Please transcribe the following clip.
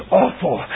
awful